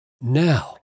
Now